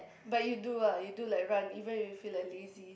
but you do ah you do like run even if you feel like lazy